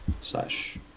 slash